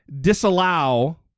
disallow